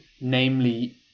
namely